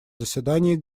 заседании